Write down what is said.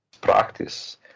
practice